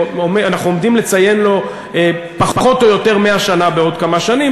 אנחנו עומדים לציין לו פחות או יותר 100 שנה בעוד כמה שנים,